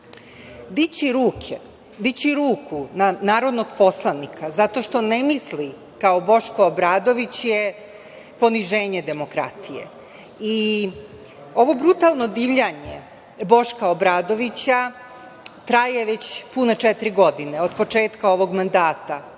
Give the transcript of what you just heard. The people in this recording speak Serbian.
Rističević. Dići ruku na narodnog poslanika zato što ne misli kao Boško Obradović je poniženje demokratije i ovo brutalno divljanje Boška Obradovića traje već pune četiri godine, od početka ovog mandata.